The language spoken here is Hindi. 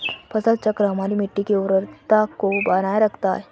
फसल चक्र हमारी मिट्टी की उर्वरता को बनाए रखता है